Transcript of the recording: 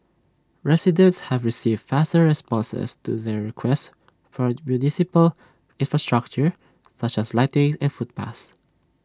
residents have received faster responses to their requests for municipal infrastructure such as lighting and footpaths